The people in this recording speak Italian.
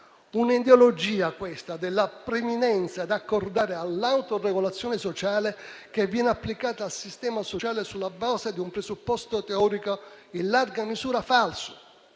Un'ideologia, questa, della preminenza da accordare all'autoregolazione sociale, che viene applicata al sistema sociale sulla base di un presupposto teorico in larga misura falso,